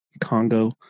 Congo